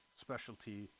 specialty